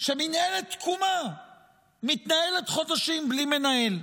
שמינהלת תקומה מתנהלת חודשים בלי מנהל.